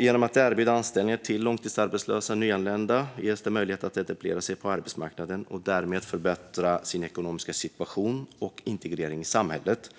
Genom att erbjuda anställningar till långtidsarbetslösa och nyanlända ges det möjligheter för dem att etablera sig på arbetsmarknaden och därmed förbättra sin ekonomiska situation och integrering i samhället.